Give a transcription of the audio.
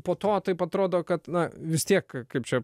po to taip atrodo kad na vis tiek kaip čia